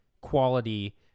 quality